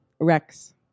Rex